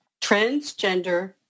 transgender